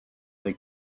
des